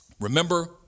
remember